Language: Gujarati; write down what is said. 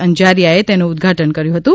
અંજારિયાએ તેનું ઉદઘાટન કર્યું હતું